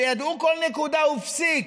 שידעו כל נקודה ופסיק.